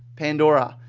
pandora.